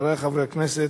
חברי חברי הכנסת,